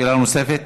שאלה נוספת.